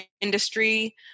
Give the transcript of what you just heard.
industry